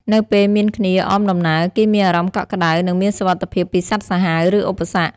នៅពេលមានគ្នាអមដំណើរ គេមានអារម្មណ៍កក់ក្ដៅ និងមានសុវត្ថិភាពពីសត្វសាហាវ ឬឧបសគ្គ។